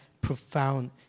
profound